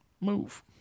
Move